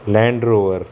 Land Rover